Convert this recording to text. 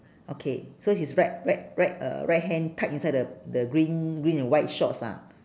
okay so his right right right uh right hand tuck inside the the green green and white shorts ah